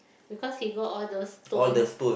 because he got all those stone